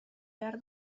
behar